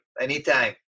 Anytime